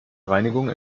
reinigung